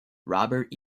robert